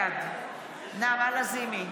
בעד נעמה לזימי,